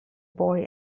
boy